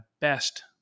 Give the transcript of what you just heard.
best